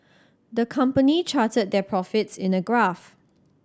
the company charted their profits in a graph